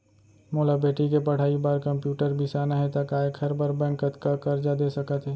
मोला बेटी के पढ़ई बार कम्प्यूटर बिसाना हे त का एखर बर बैंक कतका करजा दे सकत हे?